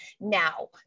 Now